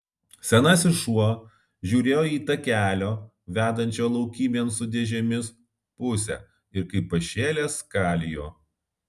senasis šuo žiūrėjo į takelio vedančio laukymėn su dėžėmis pusę ir kaip pašėlęs skalijo